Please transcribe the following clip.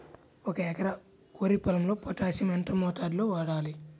ఒక ఎకరా వరి పొలంలో పోటాషియం ఎంత మోతాదులో వాడాలి?